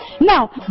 Now